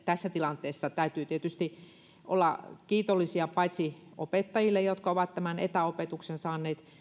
tässä tilanteessa täytyy tietysti olla kiitollinen paitsi opettajille jotka ovat tämän etäopetuksen saaneet